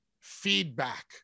feedback